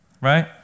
right